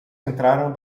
entraram